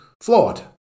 flawed